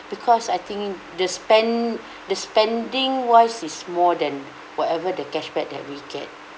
because I think the spend the spending wise is more than whatever the cashback that we get